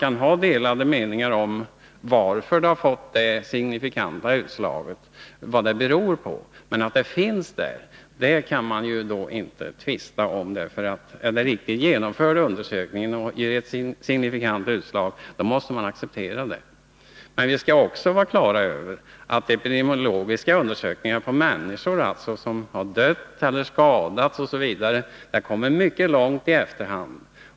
Man kan visserligen ha olika uppfattningar om vad det signifikanta utslaget beror på, men resultatet kan man inte tvista om. Om undersökningen är riktigt genomförd och ger ett signifikant utslag, måste det accepteras. Vi skall dock vara på det klara med att epidemiologiska undersökningar på människor som har dött eller skadats kommer mycket långt i efterhand.